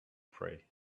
pray